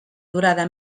durada